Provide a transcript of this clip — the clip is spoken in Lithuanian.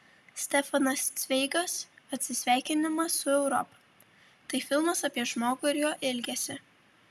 stefanas cveigas atsisveikinimas su europa tai filmas apie žmogų ir jo ilgesį